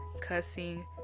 cussing